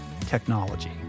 technology